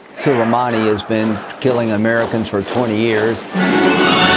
so rahmani has been killing americans for twenty years